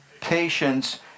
patience